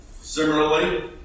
Similarly